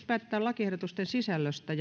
päätetään lakiehdotusten sisällöstä